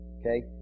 Okay